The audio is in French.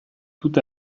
tout